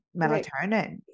melatonin